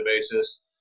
basis